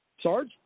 Sarge